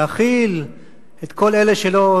להכיל את כל אלה שלא,